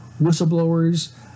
whistleblowers